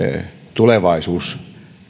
tulevaisuus